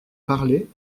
parlé